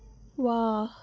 ವಾಹ್